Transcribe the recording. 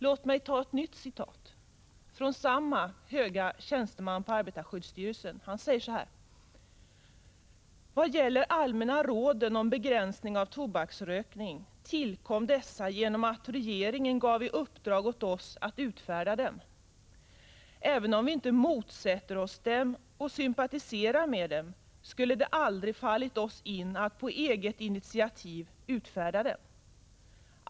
Låt mig anföra ett nytt citat av samma höga tjänsteman från arbetarskyddsstyrelsen: ”Vad gäller allmänna råden om begränsning av tobaksrökning tillkom dessa genom att regeringen gav i uppdrag åt oss att utfärda dem. Även om inte vi motsätter oss dem och sympatiserar med dem skulle det aldrig fallit oss in att på eget initiativ utfärda dem.